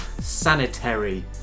sanitary